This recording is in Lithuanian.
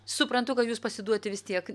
suprantu kad jūs pasiduoti vis tiek